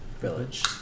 village